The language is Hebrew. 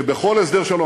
שבכל הסדר שלום,